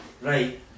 right